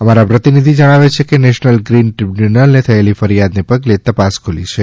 અમારા પ્રતિનિધિ જણાવે છે કે નેશનલ ગ્રીન દ્રીબ્યુનલને થયેલી ફરિયાદ ને પગલે તપાસ ખૂલી છે